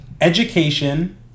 education